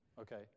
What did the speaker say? Okay